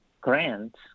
grants